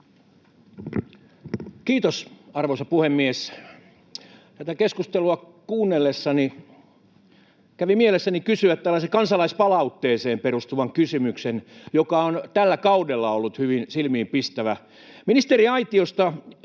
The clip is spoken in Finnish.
Kiitos, arvoisa puhemies! Tätä keskustelua kuunnellessani kävi mielessäni kysyä tällainen kansalaispalautteeseen perustuva kysymys, joka on tällä kaudella ollut hyvin silmiinpistävä: Ministeriaitiosta